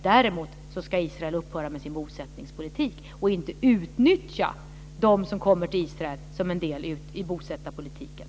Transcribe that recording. Däremot ska Israel upphöra med sin bosättningspolitik och inte utnyttja dem som kommer till Israel som en del i bosättarpolitiken.